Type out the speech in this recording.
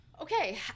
okay